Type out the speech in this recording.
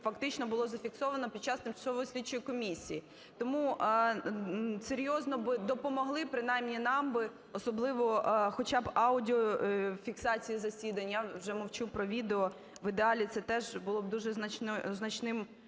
фактично було зафіксовано під час тимчасової слідчої комісії. Тому серйозно би допомогли принаймні нам би, особливо хоча б аудіофіксацій засідань. Я вже мовчу про відео. В ідеалі це теж було б дуже значною